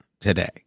today